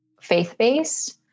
faith-based